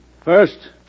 First